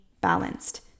balanced